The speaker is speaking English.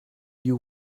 you